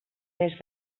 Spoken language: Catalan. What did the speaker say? mes